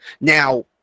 Now